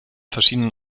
verschiedenen